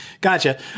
Gotcha